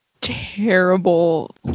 terrible